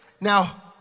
Now